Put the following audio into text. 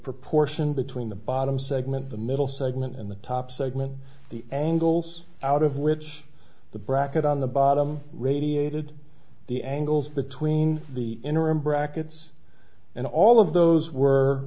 proportion between the bottom segment the middle segment and the top segment the angles out of which the bracket on the bottom radiated the angles between the interim brackets and all of those were